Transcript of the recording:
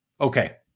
Okay